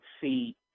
see